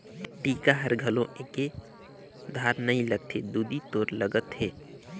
टीका हर घलो एके धार नइ लगथे दुदि तोर लगत हे